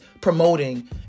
promoting